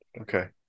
okay